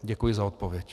Děkuji za odpověď.